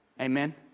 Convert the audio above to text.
Amen